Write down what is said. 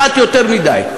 אחת יותר מדי.